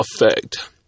effect